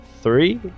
three